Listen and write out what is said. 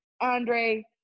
Andre